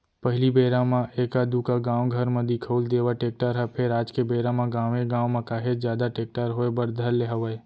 पहिली बेरा म एका दूका गाँव घर म दिखउल देवय टेक्टर ह फेर आज के बेरा म गाँवे गाँव म काहेच जादा टेक्टर होय बर धर ले हवय